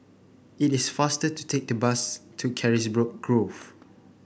it is faster to take the bus to Carisbrooke Grove